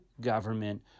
government